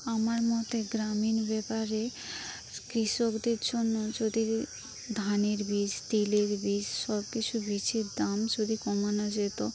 আমার মতে গ্রামীণ ব্যাপারে কৃষকদের জন্য যদি ধানের বীজ তেলের বীজ সবকিছু বীজের দাম যদি কমানো যেত